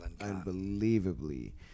unbelievably